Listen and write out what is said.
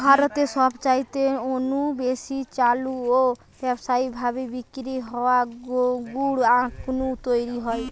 ভারতে সবচাইতে নু বেশি চালু ও ব্যাবসায়ী ভাবি বিক্রি হওয়া গুড় আখ নু তৈরি হয়